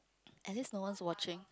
at least no one watching